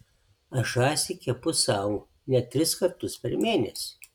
aš žąsį kepu sau net tris kartus per mėnesį